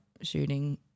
shooting